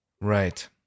Right